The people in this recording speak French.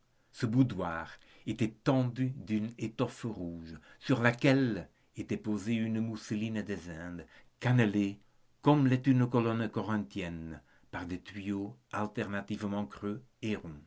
ce boudoir était tendu d'une étoffe rouge sur laquelle était posée une mousseline des indes cannelée comme l'est une colonne corinthienne par des tuyaux alternativement creux